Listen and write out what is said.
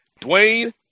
Dwayne